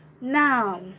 now